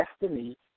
destiny